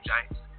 Giants